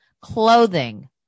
Clothing